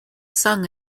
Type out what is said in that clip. sung